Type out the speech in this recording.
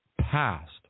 past